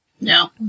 No